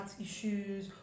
issues